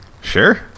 Sure